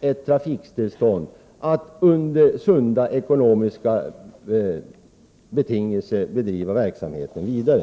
ett trafiktillstånd att under sunda ekonomiska betingelser driva verksamheten vidare.